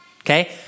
okay